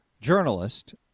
journalist